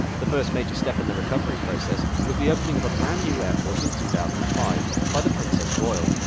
the first major step in the recovery process was the opening of a brand-new airport in two thousand and five by the princess royal,